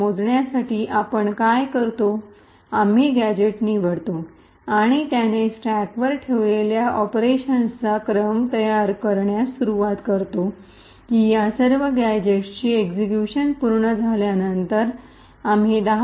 मोजण्यासाठी आपण काय करतो आम्ही गॅझेट्स निवडतो आणि त्याने स्टॅकवर ठेवलेल्या ऑपरेशन्सचा क्रम तयार करण्यास सुरवात करतो की या सर्व गॅझेटची एक्सिक्यूशन पूर्ण झाल्यानंतर आम्ही 10